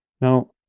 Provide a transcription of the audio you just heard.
Now